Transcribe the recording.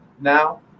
now